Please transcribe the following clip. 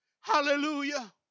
Hallelujah